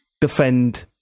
defend